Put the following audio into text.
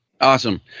Awesome